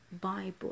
Bible